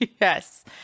Yes